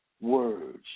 words